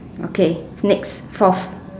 okay next fourth